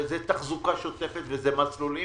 זה תחזוקה שוטפת ומסלולים